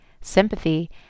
sympathy